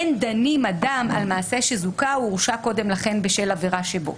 אין דנים אדם על מעשה שזוכה או הורשע קודם לכן בשל עבירה שבו.